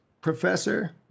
Professor